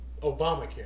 Obamacare